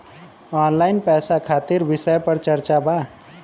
Online पैसा खातिर विषय पर चर्चा वा?